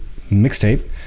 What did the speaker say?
mixtape